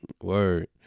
Word